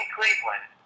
Cleveland